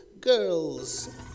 Girls